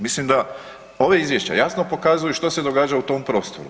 Mislim da ovo izvješće jasno pokazuje što se događa u tom prostoru.